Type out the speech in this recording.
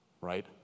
right